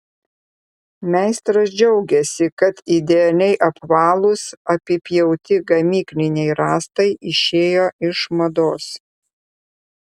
meistras džiaugiasi kad idealiai apvalūs apipjauti gamykliniai rąstai išėjo iš mados